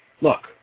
Look